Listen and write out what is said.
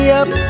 up